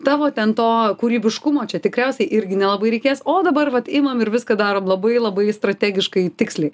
tavo ten to kūrybiškumo čia tikriausiai irgi nelabai reikės o dabar vat imam ir viską darom labai labai strategiškai tiksliai